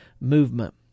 movement